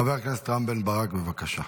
חבר הכנסת רם בן ברק, בבקשה.